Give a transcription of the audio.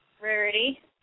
Rarity